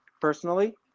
personally